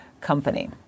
company